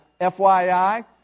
FYI